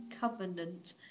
covenant